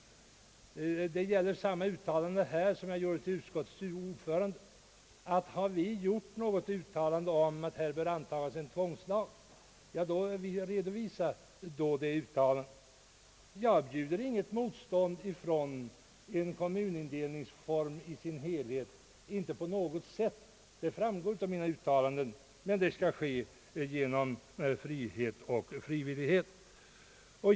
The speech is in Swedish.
Här gäller samma uttalande som jag gjorde till utskottets ordförande, nämligen att har vi gjort något uttalande om att här bör antagas en tvångslag, då vill jag ha det uttalandet redovisat. Jag bjuder inte på något sätt motstånd mot en kommunindelningsreform i dess helhet — det framgår av mina uttalanden — men det skall ske genom frivillighet och under frihet.